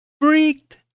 freaked